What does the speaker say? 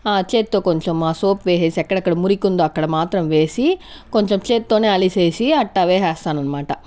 చేత్తో కొంచం ఆ సోప్ వేసేసి ఎక్కడెక్కడ మురికుందో అక్కడ మాత్రం వేసి కొంచం చేత్తోనే అలిసేసి అట్ట వేసేస్తానన్మాట